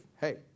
Hey